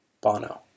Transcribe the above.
Bono